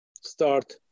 start